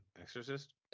exorcist